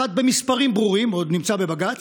1. במספרים ברורים, זה עוד נמצא בבג"ץ,